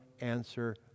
answer